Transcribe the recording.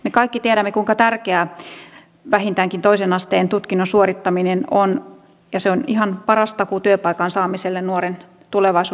me kaikki tiedämme kuinka tärkeää vähintäänkin toisen asteen tutkinnon suorittaminen on ja se on ihan paras takuu työpaikan saamiselle nuoren tulevaisuuden suhteen